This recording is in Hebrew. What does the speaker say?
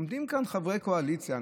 עומדים כאן חברי קואליציה,